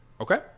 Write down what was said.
Okay